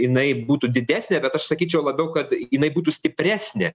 jinai būtų didesnė bet aš sakyčiau labiau kad jinai būtų stipresnė